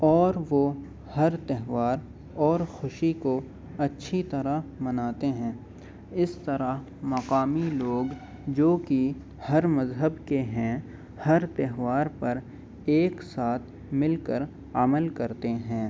اور وہ ہر تہوار اور خوشی کو اچھی طرح مناتے ہیں اس طرح مقامی لوگ جو کہ ہر مذہب کے ہیں ہر تہوار پر ایک ساتھ مل کر عمل کرتے ہیں